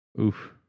Oof